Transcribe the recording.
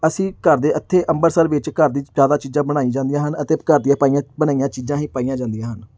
ਅਸੀਂ ਘਰ ਦੇ ਇੱਥੇ ਅੰਮ੍ਰਿਤਸਰ ਵਿੱਚ ਘਰ ਦੀ ਜ਼ਿਆਦਾ ਚੀਜ਼ਾਂ ਬਣਾਈ ਜਾਂਦੀਆਂ ਹਨ ਅਤੇ ਘਰ ਦੀਆਂ ਪਾਈਆਂ ਬਣਾਈਆਂ ਚੀਜ਼ਾਂ ਹੀ ਪਾਈਆਂ ਜਾਂਦੀਆਂ ਹਨ